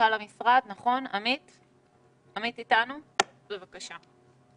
מנכ"ל המשרד עמית אדרי, בבקשה.